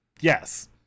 Yes